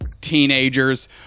teenagers